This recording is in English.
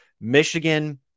Michigan